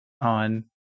on